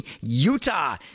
Utah